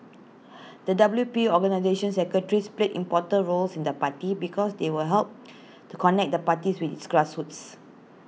the W P organisations secretaries play important roles in the party because they will help to connect the party with its grassroots